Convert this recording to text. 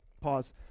Pause